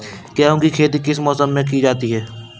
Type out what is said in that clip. गेहूँ की खेती किस मौसम में की जाती है?